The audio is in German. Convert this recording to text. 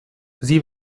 sie